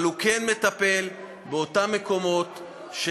אבל הוא כן מטפל באותם מקומות,